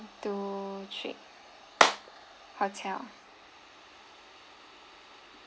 two three hotel